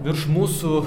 virš mūsų